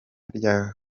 rya